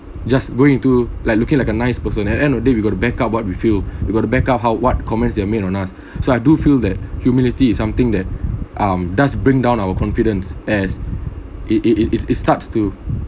just going into like looking like a nice person at end of the day we got to back up what we feel we got to backup how what comments there made on us so I do feel that humility is something that um does bring down our confidence as it it it it it starts to